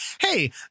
Hey